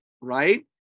right